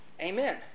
Amen